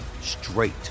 straight